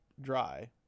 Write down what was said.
dry